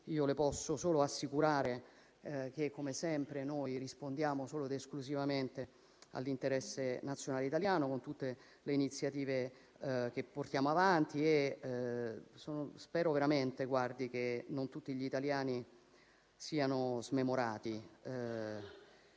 le posso solo assicurare che, come sempre, noi rispondiamo solo ed esclusivamente all'interesse nazionale italiano, con tutte le iniziative che portiamo avanti. Spero veramente che non tutti gli italiani siano smemorati.